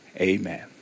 amen